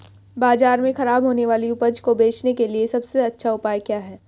बाजार में खराब होने वाली उपज को बेचने के लिए सबसे अच्छा उपाय क्या है?